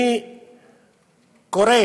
אני קורא